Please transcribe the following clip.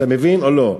אתה מבין או לא?